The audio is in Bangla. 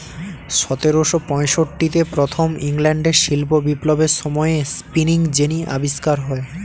সতেরোশো পঁয়ষট্টিতে প্রথম ইংল্যান্ডের শিল্প বিপ্লবের সময়ে স্পিনিং জেনি আবিষ্কার হয়